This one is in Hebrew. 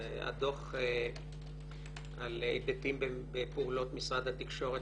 הדוח על היבטים בפעולות משרד התקשורת